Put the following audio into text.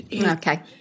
Okay